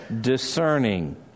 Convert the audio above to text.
discerning